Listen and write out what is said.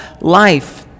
life